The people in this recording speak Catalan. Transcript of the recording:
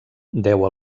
deu